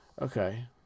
okay